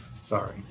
Sorry